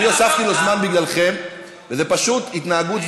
אני מלווה אותך,